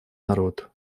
народ